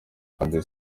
kandi